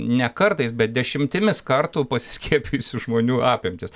ne kartais bet dešimtimis kartų pasiskiepijusių žmonių apimtys